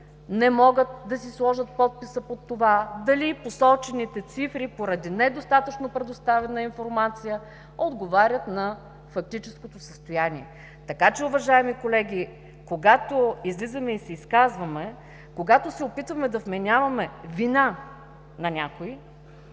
не могат да си сложат подписа под това дали посочените цифри, поради недостатъчно предоставена информация, отговарят на фактическото състояние. Така че, уважаеми колеги, когато излизаме и се изказваме, когато се опитваме да вменяваме вина на някой,